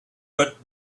but